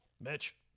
Mitch